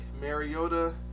Mariota